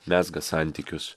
mezga santykius